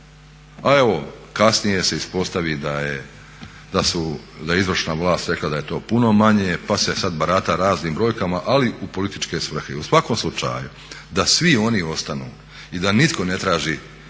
a evo kasnije se ispostavi da je izvršna vlast rekla da je to puno manje pa se sad barata raznim brojkama, ali u političke svrhe. U svakom slučaju, da svi oni ostanu i da nitko ne traži